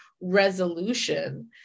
resolution